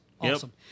Awesome